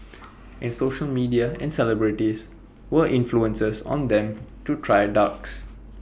and social media and celebrities were influences on them to try drugs